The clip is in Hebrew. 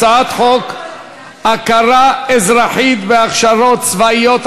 הצעת חוק הכרה אזרחית בהכשרות צבאיות,